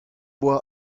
boa